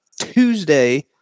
Tuesday